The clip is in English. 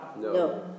No